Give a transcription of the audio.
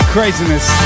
Craziness